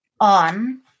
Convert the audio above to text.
on